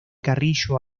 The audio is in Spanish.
carrillo